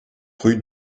rue